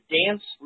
dance